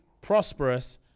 prosperous